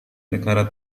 negara